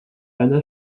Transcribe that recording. anna